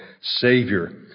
Savior